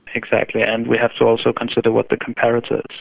exactly. and we have to also consider what the comparator is,